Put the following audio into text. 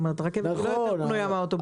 הרכבת לא פנויה יותר מן האוטובוסים.